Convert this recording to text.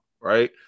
right